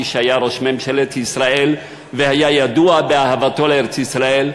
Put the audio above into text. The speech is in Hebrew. מי שהיה ראש ממשלת ישראל והיה ידוע באהבתו לארץ-ישראל,